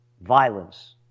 violence